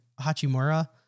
Hachimura